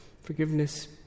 forgiveness